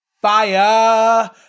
fire